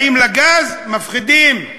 באים לגז, מפחידים,